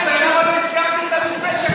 ברור.